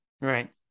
Right